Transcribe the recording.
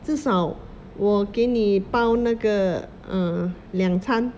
至少我给你包那个 err 两餐